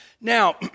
Now